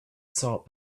salt